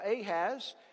Ahaz